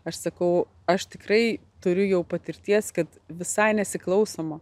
aš sakau aš tikrai turiu jau patirties kad visai nesiklausoma